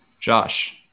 Josh